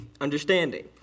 understanding